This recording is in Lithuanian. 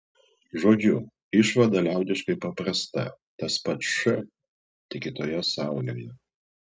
žodžiu išvada liaudiškai paprasta tas pats š tik kitoje saujoje